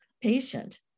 patient